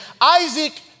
Isaac